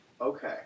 Okay